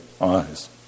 eyes